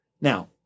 Now